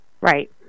Right